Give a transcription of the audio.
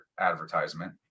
advertisement